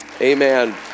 amen